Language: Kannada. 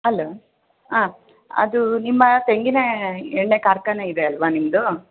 ಅಲೊ ಹಾಂ ಅದು ನಿಮ್ಮ ತೆಂಗಿನ ಎಣ್ಣೆ ಕಾರ್ಖಾನೆ ಇದೆ ಅಲ್ಲವಾ ನಿಮ್ಮದು